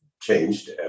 changed